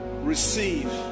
receive